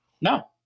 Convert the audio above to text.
No